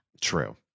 True